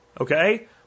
Okay